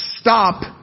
stop